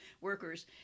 workers